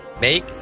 Make